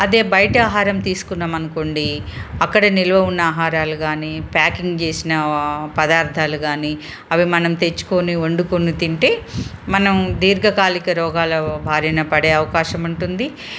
అదే బయట ఆహారం తీసుకున్నాం అనుకోండి అక్కడ నిల్వ ఉన్న ఆహారాలు కానీ ప్యాకింగ్ చేసిన పదార్థాలు కానీ అవి మనం తెచ్చుకొని వండుకొని తింటే మనం దీర్ఘకాలిక రోగాల భారిన పడే అవకాశం ఉంటుంది